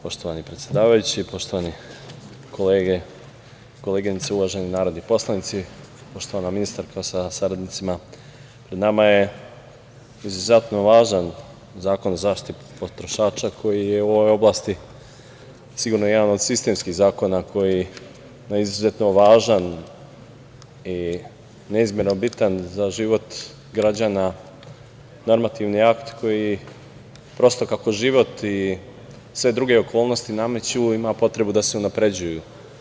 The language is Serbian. Poštovani predsedavajući, poštovane kolege i koleginice, uvaženi narodni poslanici, poštovana ministarko sa saradnicima, pred nama je izuzetno važan Zakon o zaštiti potrošača, koji je u ovoj oblasti sigurno jedan od sistemskih zakona, jedan izuzetno važan i neizmerno bitan za život građana normativni akt koji prosto kako život i sve druge okolnosti nameću ima potrebu da se unapređuju.